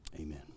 amen